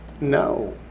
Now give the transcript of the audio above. No